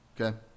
okay